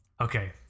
Okay